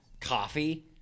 coffee